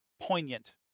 poignant